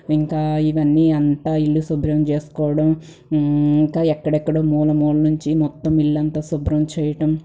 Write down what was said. ఇంకా ఇవన్నీ అంతా ఇల్లు శుభ్రం చేసుకోవడం ఇంకా ఎక్కడెక్కడో మూల మూల నుంచి మొత్తం ఇల్లంతా శుభ్రం చేయడం